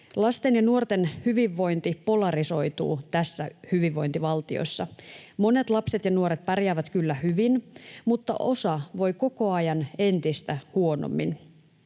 Lasten ja nuorten hyvinvointi polarisoituu tässä hyvinvointivaltiossa. Monet lapset ja nuoret pärjäävät kyllä hyvin, mutta osa voi koko ajan entistä huonommin,